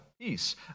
peace